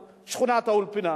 שכונת-האולפנה.